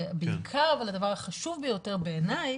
אבל הדבר החשוב ביותר בעיני,